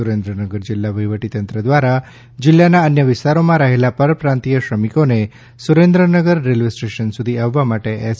સુરેન્દ્રનગર જિલ્લા વહીવટીતંત્ર દ્વારા જિલ્લાના અન્ય વિસ્તારોમાં રહેલા પરપ્રાંતિય શ્રમિકોને સુરેન્દ્રનગર રેલવે સ્ટેશન સુધી આવવા માટે એસ